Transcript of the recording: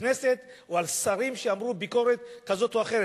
כנסת או על שרים שאמרו ביקורת כזאת או אחרת,